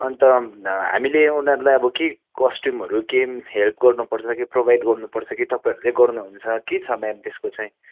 अन्त हामीले उनीहरूलाई अब के कस्ट्युमहरू केमा हेल्प गर्नु पर्छ कि प्रोभाइड गर्नु पर्छ कि तपाईँहरूले गराउनु हुन्छ के छ म्याम त्यसको चाहिँ